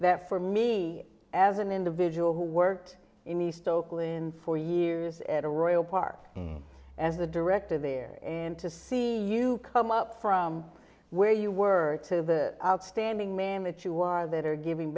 that for me as an individual who worked in east oakland for years at a royal par as the director there and to see you come up from where you were to outstanding man that you are that are giving